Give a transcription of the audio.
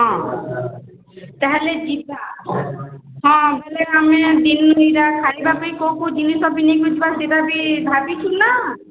ହଁ ତାହେଲେ ଯିବା ହଁ ହେଲେ ଆମେ ଖାଇବା ପାଇଁ କୋଉ କୋଉ ଜିନିଷ ବି ନେଇକି ଯିବା ସେଇଟା ବି ଭାବିଛୁ ନା